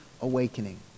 awakening